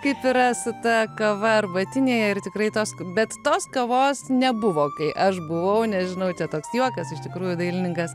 kaip yra su ta kava arbatinėje ir tikrai tos bet tos kavos nebuvo kai aš buvau nežinau čia toks juokas iš tikrųjų dailininkas